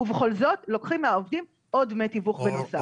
ובכל זאת לוקחים מהעובדים עוד דמי תיווך בנוסף.